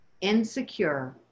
insecure